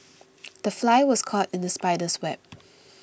the fly was caught in the spider's web